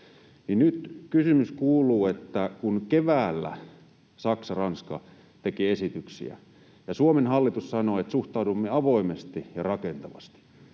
suuntaan viedään, ja kun keväällä Saksa ja Ranska tekivät esityksiä ja Suomen hallitus sanoi, että suhtaudumme avoimesti ja rakentavasti,